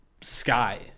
sky